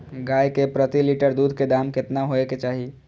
गाय के प्रति लीटर दूध के दाम केतना होय के चाही?